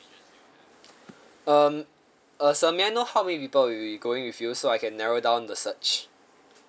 um uh sir may I know how many people will be going with you so I can narrow down the search